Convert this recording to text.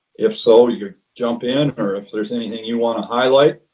if so, you jump in or if there's anything you want to highlight?